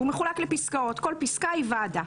והוא מחולק לפסקאות, כל פסקה היא ועדה.